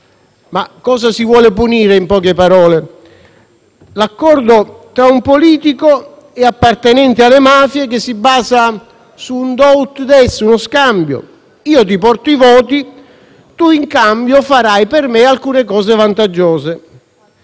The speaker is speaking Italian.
Cosa si vuole punire, in poche parole? L'accordo tra un politico e appartenente alle mafie che si basa su un *do ut des*, uno scambio: io ti porto i voti, tu in cambio farai per me alcune cose vantaggiose.